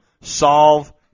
solve